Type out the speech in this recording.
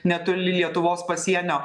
netoli lietuvos pasienio